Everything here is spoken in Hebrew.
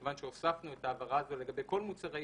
כיון שהוספנו את ההבהרה הזאת לגבי כל מוצרי העישון,